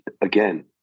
again